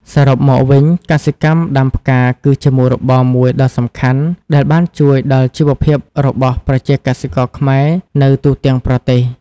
សរុបមកវិញកសិកម្មដាំផ្កាគឺជាមុខរបរមួយដ៏សំខាន់ដែលបានជួយដល់ជីវភាពរបស់ប្រជាកសិករខ្មែរនៅទូទាំងប្រទេស។